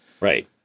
Right